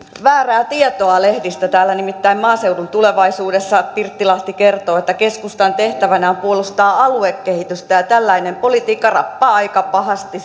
väärää tietoa lehdistä nimittäin maaseudun tulevaisuudessa pirttilahti kertoo että keskustan tehtävänä on puolustaa aluekehitystä ja tällainen politiikka rappaa aika pahasti